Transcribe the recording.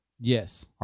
Yes